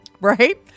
Right